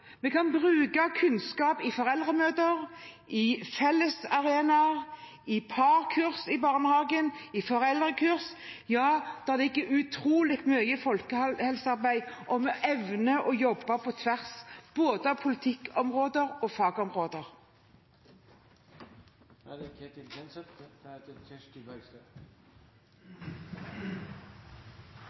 Vi kan bruke kunnskapen i foreldremøter, på fellesarenaer, i parkurs i barnehagen og i foreldrekurs. Her ligger det utrolig mye folkehelsearbeid – om vi evner å jobbe på tvers av både politikkområder og fagområder. Jeg avsluttet mitt forrige innlegg med å snakke om vaksiner som har datomerking, og det